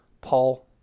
Paul